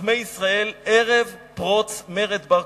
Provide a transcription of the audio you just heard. חכמי ישראל ערב פרוץ מרד בר-כוכבא.